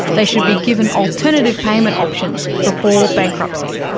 they should be given alternative payment options before bankruptcy.